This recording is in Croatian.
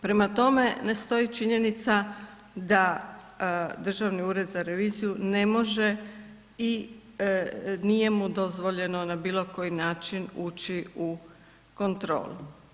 Prema tome, ne stoji činjenica da Državni ured za reviziju ne može i nije mu dozvoljeno na bilo koji način ući u kontrolu.